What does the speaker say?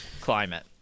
climate